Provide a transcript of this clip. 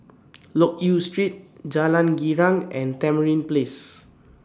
Loke Yew Street Jalan Girang and Tamarind Place